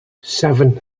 seven